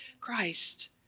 Christ